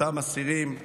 אותם אסירים ביטחוניים,